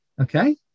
Okay